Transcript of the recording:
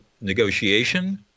negotiation